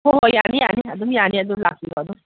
ꯍꯣꯏ ꯍꯣꯏ ꯌꯥꯅꯤ ꯌꯥꯅꯤ ꯑꯗꯨꯝ ꯌꯥꯅꯤ ꯑꯗꯨ ꯂꯥꯛꯄꯤꯔꯣ ꯑꯗꯨꯝ